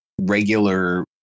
regular